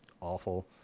awful